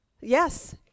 Yes